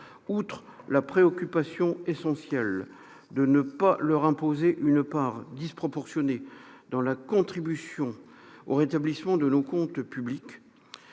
Outre la préoccupation essentielle de ne pas leur imposer une part disproportionnée dans la contribution au rétablissement de nos comptes publics,